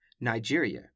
Nigeria